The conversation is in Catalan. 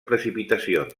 precipitacions